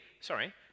Sorry